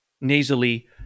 nasally